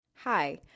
Hi